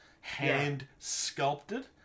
hand-sculpted